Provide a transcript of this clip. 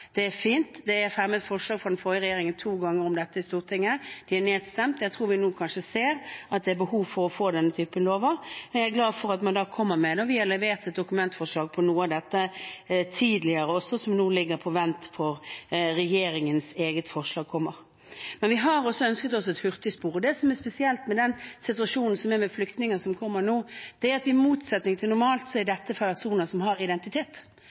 Det er fint. Det er fremmet forslag fra den forrige regjeringen to ganger om dette i Stortinget. De er nedstemt. Jeg tror vi nå kanskje ser at det er behov for å få denne typen lover. Jeg er glad for at man da kommer med det, og vi har levert et dokumentforslag om noe av dette tidligere også, som nå ligger på vent, for regjeringens eget forslag kommer. Men vi har også ønsket oss et hurtigspor. Det som er spesielt med den situasjonen som er med flyktninger som kommer nå, er at i motsetning til normalt er dette personer med en identitet.